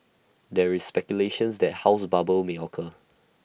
there is speculations that house bubble may occur